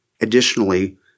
Additionally